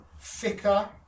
thicker